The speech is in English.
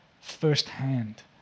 firsthand